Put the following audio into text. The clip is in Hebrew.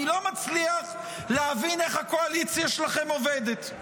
אני לא מצליח להבין איך הקואליציה שלכם עובדת.